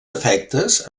efectes